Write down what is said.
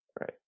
Right